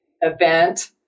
event